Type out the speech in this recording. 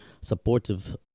supportive